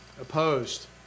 Opposed